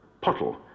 Pottle